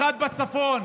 אחד בצפון,